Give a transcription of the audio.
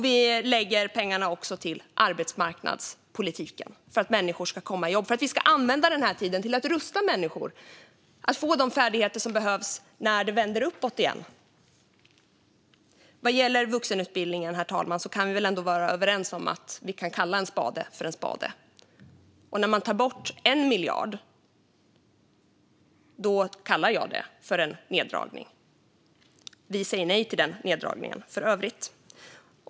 Vi lägger också pengar på arbetsmarknadspolitiken för att människor ska komma i jobb och för att vi ska använda denna tid till att rusta människor så att de får de färdigheter som behövs när det vänder uppåt igen. Vad gäller vuxenutbildningen, herr talman, kan vi väl vara överens om att vi kan kalla en spade för en spade. När man tar bort 1 miljard kallar jag det för en neddragning. Vi säger för övrigt nej till denna neddragning.